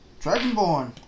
Dragonborn